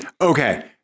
Okay